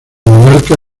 monarca